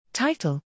Title